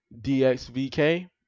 DXVK